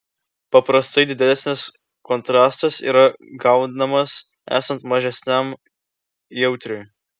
paprastai didesnis kontrastas yra gaunamas esant mažesniam jautriui